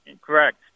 Correct